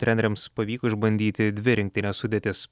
treneriams pavyko išbandyti dvi rinktinės sudėtis